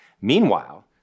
Meanwhile